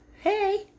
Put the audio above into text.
Hey